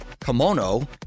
kimono